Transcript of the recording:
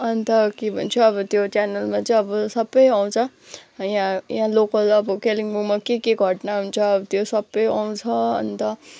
अन्त के भन्छ अब त्यो च्यानलमा चाहिँ अब सबै आउँछ है यहाँ यहाँ लोकल अब कालिम्पोङमा के के घटना हुन्छ त्यो सबै आउँछ अन्त